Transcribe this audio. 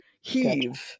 heave